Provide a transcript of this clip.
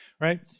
right